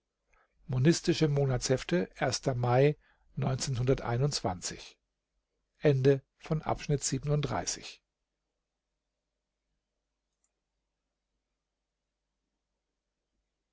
monistische monatshefte mai